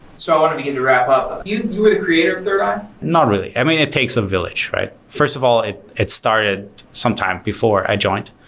so i want to begin to wrap-up. you you were the creator of thirdeye? not really. i mean, it takes a village, right? first of all, it it started sometime before i joined.